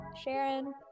Sharon